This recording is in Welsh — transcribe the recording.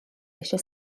eisiau